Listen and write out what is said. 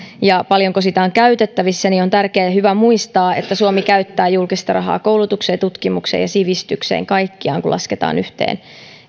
ja se paljonko sitä on käytettävissä on tärkeää ja hyvä muistaa että suomi käyttää julkista rahaa koulutukseen tutkimukseen ja sivistykseen kaikkiaan kun lasketaan yhteen